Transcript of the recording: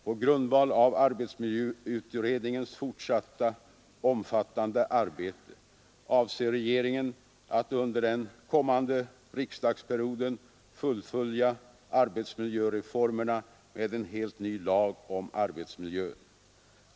På grundval av arbetsmiljöutredningens fortsatta omfattande arbete avser regeringen att under den kommande riksdagsperioden fullfölja arbetsmiljöreformerna med en helt ny lag om arbetsmiljön.